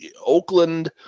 oakland